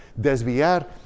desviar